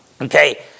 Okay